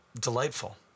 delightful